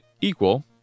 equal